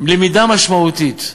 למידה משמעותית.